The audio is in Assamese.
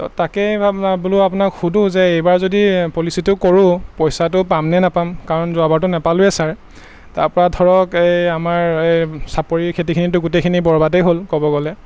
তো তাকেই বোলো আপোনাক সোধোঁ যে এইবাৰ যদি পলিচিটো কৰোঁ পইচাটো পামনে নাপাম কাৰণ যোৱাবাৰটো নাপালোৱে ছাৰ তাৰপৰা ধৰক এই আমাৰ এই চাপৰি খেতিখিনিতো গোটেইখিনি বৰবাদেই হ'ল ক'ব গ'লে